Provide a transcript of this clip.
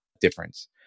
difference